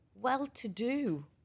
Well-to-do